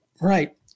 right